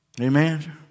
Amen